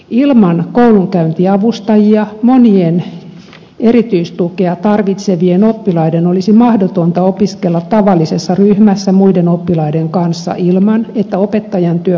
ilman koulunkäyntiavustajia monien erityistukea tarvitsevien oppilaiden olisi mahdotonta opiskella tavallisessa ryhmässä muiden oppilaiden kanssa ilman että opettajan työ hankaloituisi merkittävästi